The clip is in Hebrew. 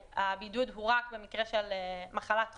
הבידוד הוא רק במקרה של מחלת חום,